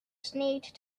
sneaked